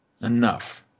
enough